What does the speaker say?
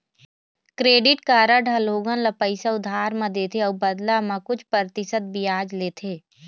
credit card ह लोगन ल पइसा उधार म देथे अउ बदला म कुछ परतिसत बियाज लेथे